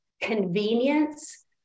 convenience